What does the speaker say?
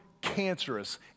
cancerous